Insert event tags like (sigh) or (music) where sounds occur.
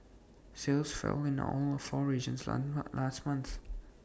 sales fell in all four regions (unintelligible) last month